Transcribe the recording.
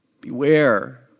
Beware